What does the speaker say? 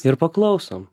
ir paklausom